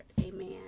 amen